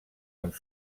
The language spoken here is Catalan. amb